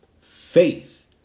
Faith